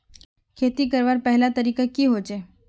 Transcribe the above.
खेती करवार पहला तरीका की होचए?